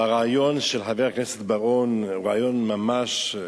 הרעיון של חבר הכנסת בר-און הוא רעיון ממש,